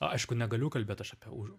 aišku negaliu kalbėt aš apie už